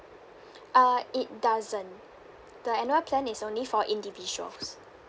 uh it doesn't the annual plan is only for individual